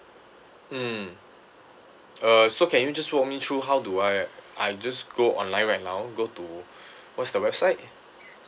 mm uh so can you just walk me through how do I I just go online right now go to what's the website